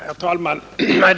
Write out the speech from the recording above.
Herr talman!